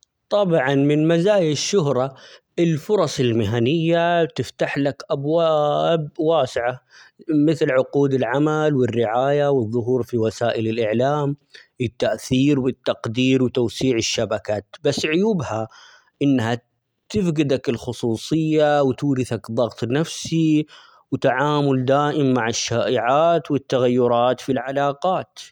طبعًا من مزايا الشهرة الفرص المهنية تفتح لك أبواب واسعة مثل: عقود العمل، والرعاية ،والظهور في وسائل الاعلام ، التأثير ،والتقدير ،وتوسيع الشبكات، بس عيوبها إنها تفقدك الخصوصية وتورثك ضغط نفسي ،وتعامل دائم مع الشائعات ،والتغيرات في العلاقات.